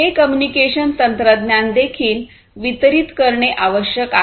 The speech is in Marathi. हे कम्युनिकेशन तंत्रज्ञान देखील वितरित करणे आवश्यक आहे